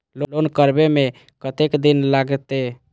Loan करबे में कतेक दिन लागते?